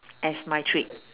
as my treat